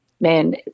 man